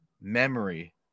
memory